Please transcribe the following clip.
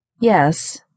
Yes